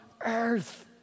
Earth